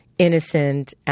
Innocent